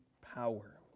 power